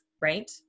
right